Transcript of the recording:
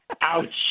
Ouch